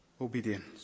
obedience